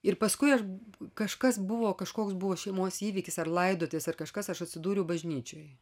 ir paskui kažkas buvo kažkoks buvo šeimos įvykis ar laidotuvės ar kažkas aš atsidūriau bažnyčioj